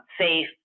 safe